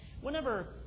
whenever